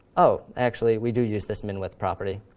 oh! actually, we do use this min-width property.